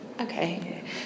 Okay